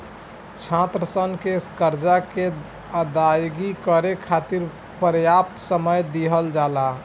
छात्रसन के करजा के अदायगी करे खाति परयाप्त समय दिहल जाला